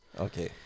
Okay